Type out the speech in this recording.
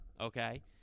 okay